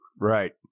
Right